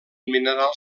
mineral